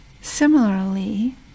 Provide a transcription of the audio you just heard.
Similarly